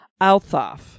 Althoff